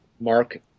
Mark